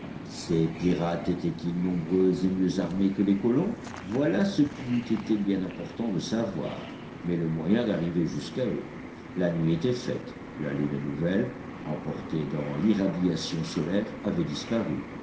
ces pirates étaient-ils nombreux et mieux armés que les colons voilà ce qu'il eût été bien important de savoir mais le moyen d'arriver jusqu'à eux la nuit était faite la lune nouvelle emportée dans l'irradiation solaire avait disparu